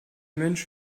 mönch